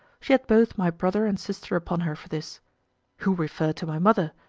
she had both my brother and sister upon her for this who referred to my mother,